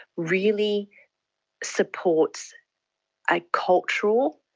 really supports a cultural,